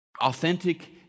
authentic